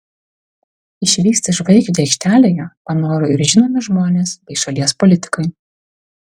išvysti žvaigždę aikštelėje panoro ir žinomi žmonės bei šalies politikai